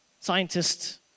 Scientists